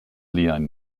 liajn